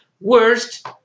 worst